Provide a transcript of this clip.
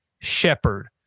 shepherd